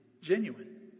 genuine